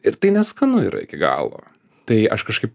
ir tai neskanu yra iki galo tai aš kažkaip